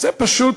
זה פשוט